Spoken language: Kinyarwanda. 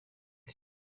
ati